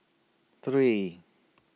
three